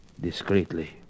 discreetly